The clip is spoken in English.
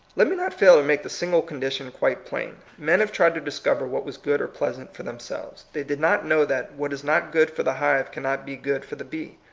let me not fail to make the single con dition quite plain. men have tried to discover what was good or pleasant for themselves. they did not know that what is not good for the hive cannot be good for the bee.